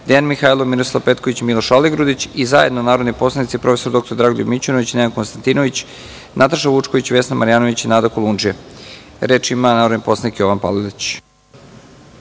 Dejan Mihajlov, Miroslav Petko-vić, Miloš Aligrudić i zajedno narodni poslanici prof. dr Dragoljub Mićunović, Nenad Konstantinović, Nataša Vučković, Vesna Marjanović i Nada Kolundžija. Reč ima narodni poslanik Jovan Palalić.